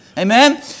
Amen